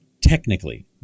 technically